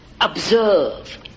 observe